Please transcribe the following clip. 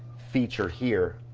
feature here.